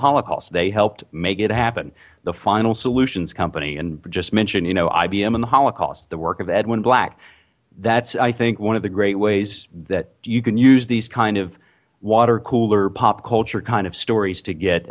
holocaust they helped make it happen the final solutions company and just mention you know ibm and the holocaust the work of edwin black that's i think one of the great ways that you can use these kind of water cooler pop culture kind of stories to get